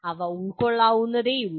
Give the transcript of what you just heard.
അവ ഉൾക്കൊള്ളാവുന്നതേയുള്ളൂ